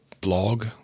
Blog